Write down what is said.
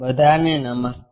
બધા ને નમસ્તે